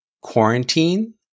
quarantine